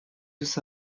tous